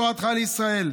ותורתך לישראל'.